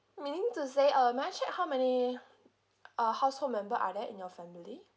meaning to say uh may I check how many ah household member are there in your family